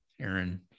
Aaron